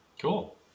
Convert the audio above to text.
Cool